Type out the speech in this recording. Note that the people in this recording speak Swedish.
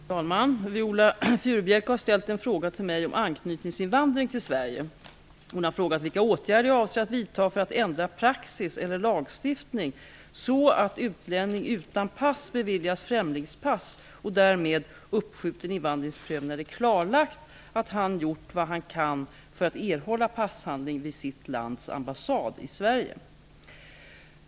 Fru talman! Viola Furubjelke har ställt en fråga till mig om anknytningsinvandring till Sverige. Hon har frågat vilka åtgärder jag avser att vidta för att ändra praxis eller lagstiftning så att utlänning utan pass beviljas främlingspass och därmed uppskjuten invandringsprövning när det är klarlagt att han gjort vad han kan för att erhålla passhandling vid sitt lands ambassad i Sverige.